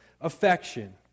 affection